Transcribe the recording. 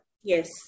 yes